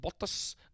Bottas